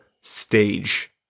stage